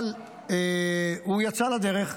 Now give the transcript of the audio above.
אבל הוא יצא לדרך.